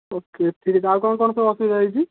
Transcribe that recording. ଓ କେ ଠିକ୍ ଅଛି ଆଉ କ'ଣ କ'ଣ ସବୁ ଅସୁବିଧା ହୋଇଛି